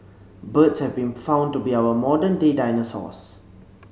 birds have been found to be our modern day dinosaurs